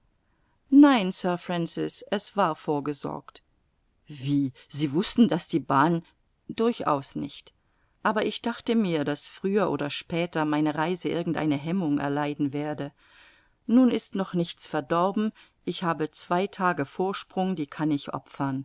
nein sir francis es war vorgesorgt wie sie wußten daß die bahn durchaus nicht aber ich dachte mir daß früher oder später meine reise irgend eine hemmung erleiden werde nun ist noch nichts verdorben ich habe zwei tage vorsprung die kann ich